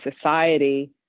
society